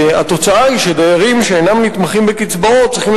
והתוצאה היא שדיירים שאינם נתמכים בקצבאות צריכים